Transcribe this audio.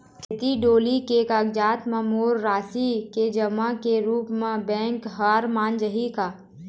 खेत डोली के कागजात म मोर राशि के जमा के रूप म बैंक हर मान जाही का?